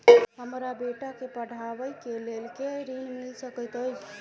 हमरा बेटा केँ पढ़ाबै केँ लेल केँ ऋण मिल सकैत अई?